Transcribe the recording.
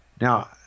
Now